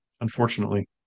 unfortunately